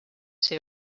ser